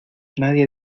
nadie